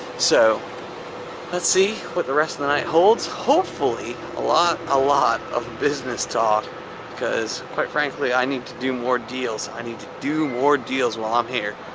so let's see what the rest of the night holds. hopefully, a lot, a lot of business talk because quite frankly, i need to do more deals. i need to do more deals while i'm here.